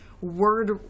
word